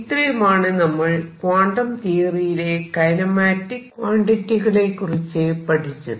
ഇത്രയുമാണ് നമ്മൾ quantum theory യിലെ കൈനമാറ്റിക് ക്വാണ്ടിറ്റി കളെക്കുറിച്ച് പഠിച്ചത്